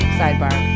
sidebar